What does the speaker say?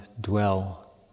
dwell